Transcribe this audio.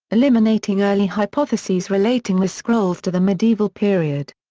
eliminating early hypotheses relating the scrolls to the mediaeval period.